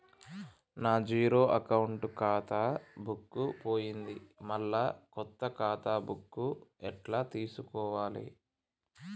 నా zero account ఖాతా book పోయింది మళ్ళా కొత్త ఖాతా బుక్కు ఎట్ల తీసుకోవాలే?